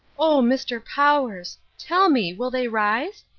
oh, mr. powers! tell me, will they rise?